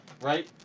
Right